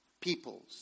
peoples